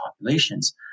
populations